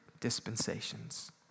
Dispensations